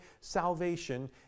salvation